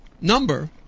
number